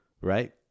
right